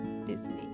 Disney